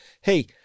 Hey